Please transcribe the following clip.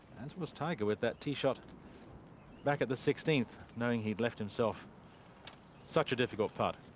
as was tiger with that tee shot back at the sixteenth, knowing he left himself such a difficult putt.